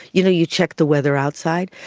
you know you check the weather outside,